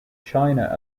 china